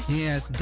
Yes